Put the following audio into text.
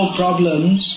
problems